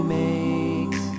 makes